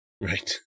right